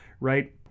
right